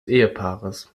ehepaares